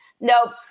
no